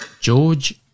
George